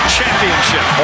Championship